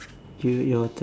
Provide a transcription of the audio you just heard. you your turn